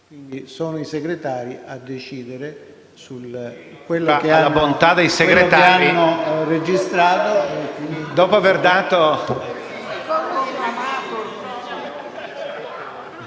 sono i Segretari a decidere su quanto hanno registrato.